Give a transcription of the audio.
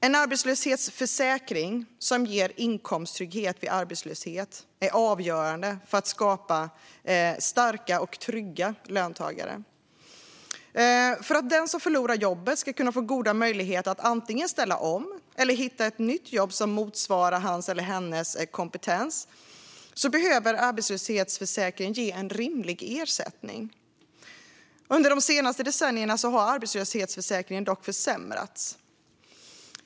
En arbetslöshetsförsäkring som ger inkomsttrygghet vid arbetslöshet är avgörande för att skapa starka och trygga löntagare. För att den som förlorar jobbet ska kunna få goda möjligheter att antingen ställa om eller hitta ett nytt jobb som motsvarar hans eller hennes kompetens behöver arbetslöshetsförsäkringen ge en rimlig ersättning. Under de senaste decennierna har arbetslöshetsförsäkringen dock försämrats.